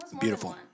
Beautiful